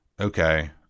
okay